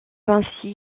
ainsi